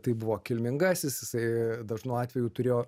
tai buvo kilmingasis jisai dažnu atveju turėjo